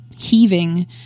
Heaving